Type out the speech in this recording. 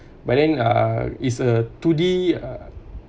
but then uh is a two d